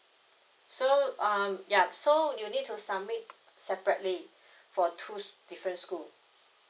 so um ya so you need to submit separately for two different school